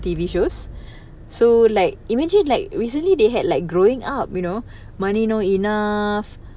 T_V shows so like imagine like recently they had like growing up you know money no enough